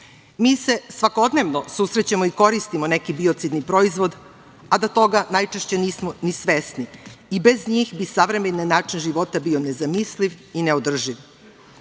Mi se svakodnevno susrećemo i koristimo neki biocidni proizvod, a da toga najčešće nismo ni svesni. Bez njih bi savremeni način života bio nezamisliv i neodrživ. Ovi